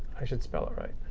i should spell it right.